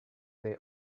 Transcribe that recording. they